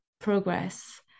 progress